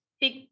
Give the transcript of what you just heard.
big